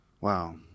Wow